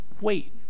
wait